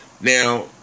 Now